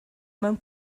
mewn